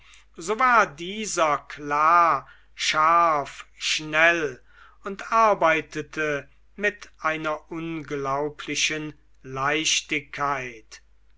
so war dieser klar scharf schnell und arbeitete mit einer unglaublichen leichtigkeit